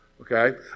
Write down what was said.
Okay